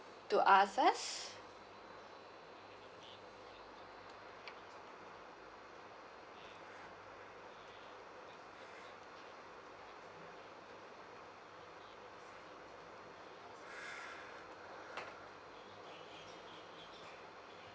to ask us